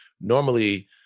normally